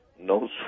no